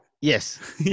Yes